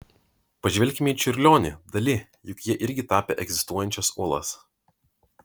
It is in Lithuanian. pažvelkime į čiurlionį dali juk jie irgi tapė egzistuojančias uolas